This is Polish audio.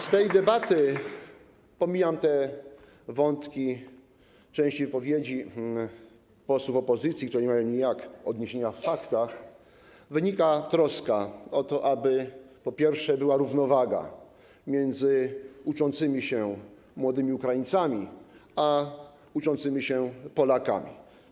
Z tej debaty - pomijam te wątki, część wypowiedzi posłów opozycji, które nie mają odniesienia w faktach - wynika troska o to, aby, po pierwsze, była równowaga między uczącymi się młodymi Ukraińcami a uczącymi się Polakami.